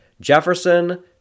Jefferson